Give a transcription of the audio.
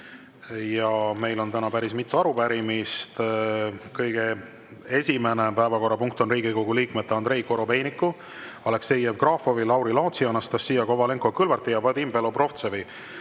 Meil on täna päris mitu arupärimist. Kõige esimene päevakorrapunkt on Riigikogu liikmete Andrei Korobeiniku, Aleksei Jevgrafovi, Lauri Laatsi, Anastassia Kovalenko-Kõlvarti ja Vadim Belobrovtsevi